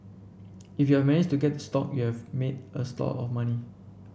if you are managed to get the stock you have made a stock of money